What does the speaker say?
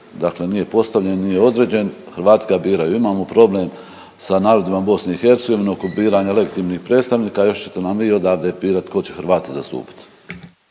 dakle nije postavljen, nije određen, Hrvatski ga biraju. Imamo problem sa narodima BiH okupiranje legitimnih predstavnika još ćete nam vi odavde birati tko će Hrvate zastupat.